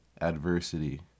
adversity